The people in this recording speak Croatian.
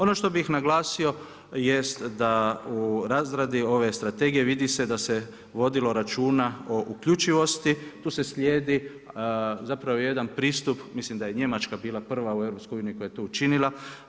Ono što bih naglasio, jest da u razradi ove strategije, vidi se da se vodilo računa o uključenosti, tu se slijedi, zapravo jedan pristup, mislim da je Njemačka bila prva u EU, koja je to učinila.